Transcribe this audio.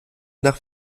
nach